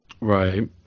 Right